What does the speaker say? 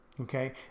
Okay